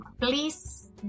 Please